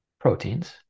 proteins